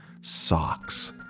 Socks